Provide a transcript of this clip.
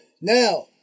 Now